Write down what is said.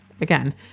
again